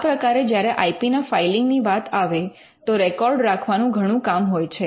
આ પ્રકારે જ્યારે આઇ પી ના ફાઇલિંગ ની વાત આવે તો રેકોર્ડ રાખવાનું ઘણું કામ હોય છે